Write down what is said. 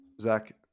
Zach